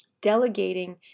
delegating